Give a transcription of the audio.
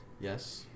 Yes